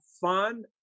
fun